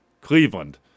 Cleveland